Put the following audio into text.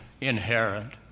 inherent